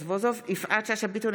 יפעת שאשא ביטון,